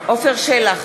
עפר שלח,